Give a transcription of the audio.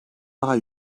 daha